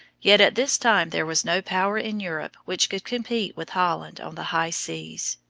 yet at this time there was no power in europe which could compete with holland on the high seas.